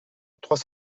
trois